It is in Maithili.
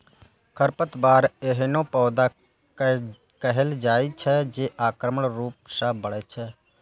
खरपतवार एहनो पौधा कें कहल जाइ छै, जे आक्रामक रूप सं बढ़ै छै